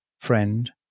friend